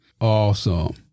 Awesome